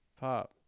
Pop